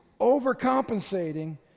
overcompensating